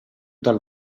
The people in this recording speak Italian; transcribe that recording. dal